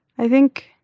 i think